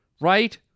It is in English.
Right